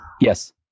Yes